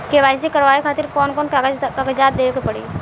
KYC करवावे खातिर कौन कौन कागजात देवे के पड़ी?